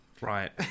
Right